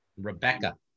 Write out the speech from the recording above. Rebecca